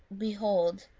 behold,